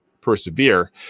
persevere